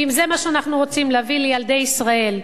ואם זה מה שאנחנו רוצים להביא לילדי ישראל,